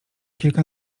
kilka